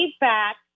back